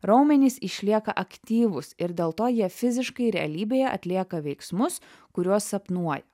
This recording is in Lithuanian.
raumenys išlieka aktyvūs ir dėl to jie fiziškai realybėje atlieka veiksmus kuriuos sapnuoja